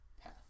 path